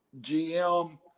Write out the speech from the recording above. GM